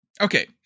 okay